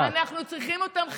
אנחנו צריכים אותם חיים.